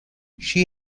she